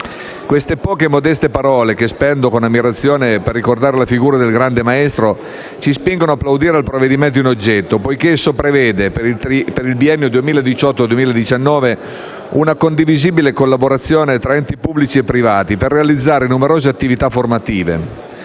Queste poche e modeste parole, che spendo con ammirazione per ricordare la figura del grande maestro, ci spingono a plaudire al provvedimento in oggetto, poiché esso prevede, per il biennio 2018-2019, una condivisibile collaborazione tra enti pubblici e privati per realizzare numerose attività formative,